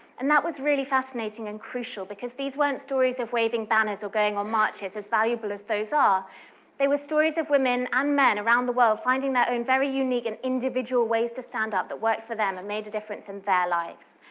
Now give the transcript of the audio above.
and that was really fascinating and crucial, because these weren't stories of waving banners or going on marches as valuable as those are they were stories of women and um men around the world finding that own very unique and individual ways to stand up that worked for them and made a difference in their lives.